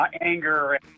anger